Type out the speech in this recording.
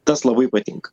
tas labai patinka